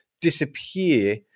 disappear